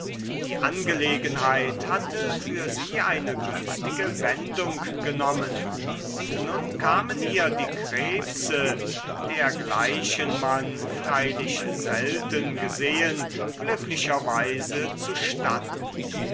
die angelegenheit hatte für sie eine günstige wendung genommen und nun kamen ihr die krebse dergleichen man freilich selten gesehen glücklicherweise zustatten